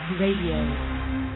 Radio